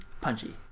Punchy